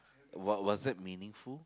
was was it meaningful